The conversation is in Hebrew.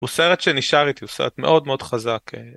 הוא סרט שנשאר איתי, הוא סרט מאוד מאוד חזק.